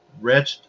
Red